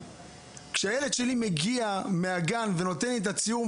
כשהילד שלי מגיע מהגן ונותן לי את הציור,